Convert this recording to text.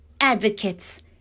advocates